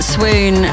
Swoon